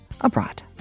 abroad